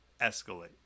escalate